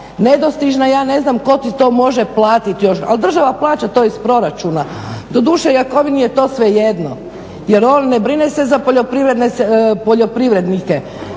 nedostižna i ja ne znam tko ti to može platiti još. Ali država plaća to iz proračuna. Doduše Jakovini je to svejedno jer on ne brine se za poljoprivrednike.